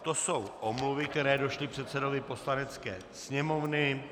To jsou omluvy, které přišly předsedovi Poslanecké sněmovny.